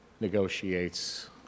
negotiates